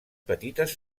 petites